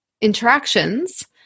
interactions